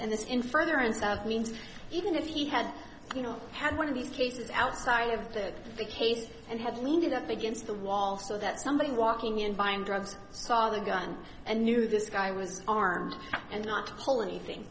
means even if he had you know had one of these cases outside of the case and had leaned up against the wall so that somebody walking in buying drugs saw the gun and knew this guy was armed and not hold anything